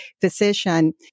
physician